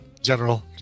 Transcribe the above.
General